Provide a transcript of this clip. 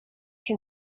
can